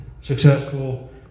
successful